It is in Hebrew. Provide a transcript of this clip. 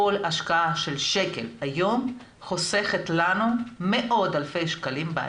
כל השקעה של שקל היום חוסכת לנו מאות אלפי שקלים בעתיד.